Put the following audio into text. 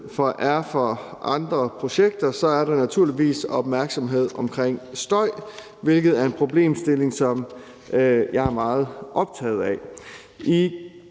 er for andre projekter, er der naturligvis opmærksomhed på støj, hvilket er en problemstilling, som jeg er meget optaget af.